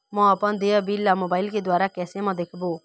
म अपन देय बिल ला मोबाइल के द्वारा कैसे म देखबो?